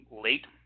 late